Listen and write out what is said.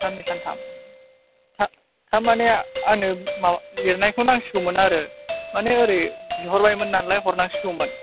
सान्नै सानथाम थार माने आंनो माबा लिरनायखौ नांसिगौमोन आरो माने ओरै बिहरबायमोन नालाय हरनांसिगौमोन